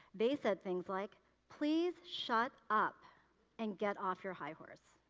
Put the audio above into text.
they said things like please shut up and get off your high horse.